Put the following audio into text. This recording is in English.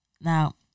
now